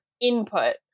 input